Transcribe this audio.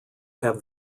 have